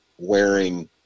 wearing